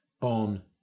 on